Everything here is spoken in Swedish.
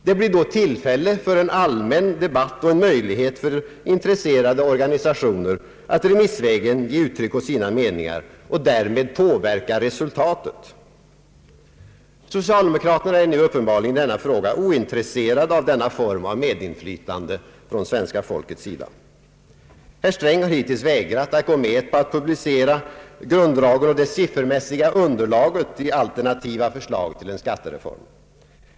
Det blir då tillfälle för en allmän debatt och en möjlighet för intresserade organisationer att remissvägen ge uttryck åt sina meningar och därmed påverka resultatet. Socialdemokraterna är nu uppenbarligen i denna fråga ointresserade av denna form av medinflytande från svenska folkets sida. Herr Sträng har hittills vägrat att gå med på att publicera grunddragen och det siffermässiga underlaget i alternativa förslag till en skattereform.